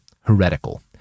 heretical